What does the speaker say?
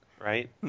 Right